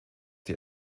die